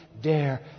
dare